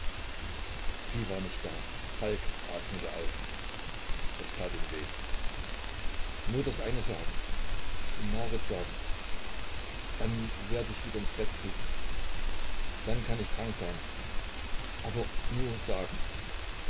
sie war nicht da falk atmete auf es tat ihm weh nur das eine sagen marit sagen dann werd ich wieder ins bett kriechen dann kann ich krank sein aber nur sagen